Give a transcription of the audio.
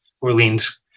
Orleans